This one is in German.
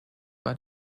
war